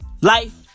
Life